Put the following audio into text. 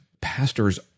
Pastors